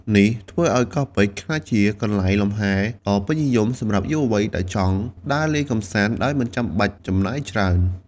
នេះធ្វើឱ្យកោះពេជ្រក្លាយជាកន្លែងលំហែដ៏ពេញនិយមសម្រាប់យុវវ័យដែលចង់ដើរលេងកម្សាន្តដោយមិនចាំបាច់ចំណាយច្រើន។